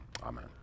amen